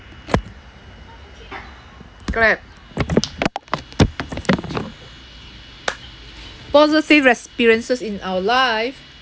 correct positive experiences in our life